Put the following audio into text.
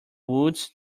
woods